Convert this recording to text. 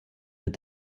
with